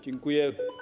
Dziękuję.